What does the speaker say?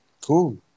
Cool